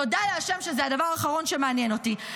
תודה להשם שזה הדבר האחרון שמעניין אותי.